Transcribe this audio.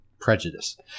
prejudice